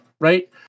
right